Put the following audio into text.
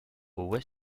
ouest